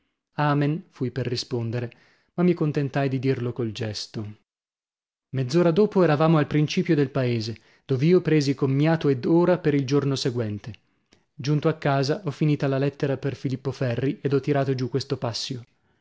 amen fui per rispondere ma mi contentai di dirlo col gesto mezz'ora dopo eravamo al principio del paese dov'io presi commiato ed ora per il giorno seguente giunto a casa ho finita la lettera per filippo ferri ed ho tirato giù questo passio